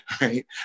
right